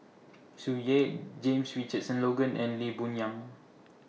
Tsung Yeh James Richardson Logan and Lee Boon Yang